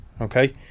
Okay